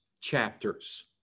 chapters